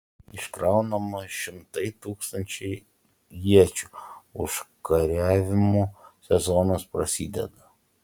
iškraunama šimtai tūkstančiai iečių užkariavimų sezonas prasideda